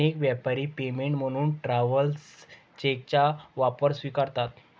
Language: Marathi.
अनेक व्यापारी पेमेंट म्हणून ट्रॅव्हलर्स चेकचा वापर स्वीकारतात